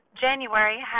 January